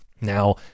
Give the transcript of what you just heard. Now